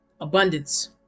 abundance